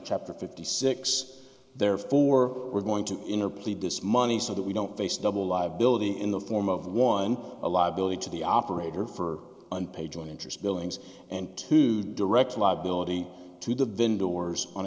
chapter fifty six therefore we're going to enter plea dis money so that we don't face double liability in the form of one a liability to the operator for unpaid joint interest billings and to direct liability to the vin doors on